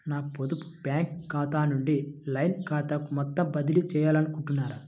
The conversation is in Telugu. నా పొదుపు బ్యాంకు ఖాతా నుంచి లైన్ ఖాతాకు మొత్తం బదిలీ చేయాలనుకుంటున్నారా?